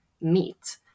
meet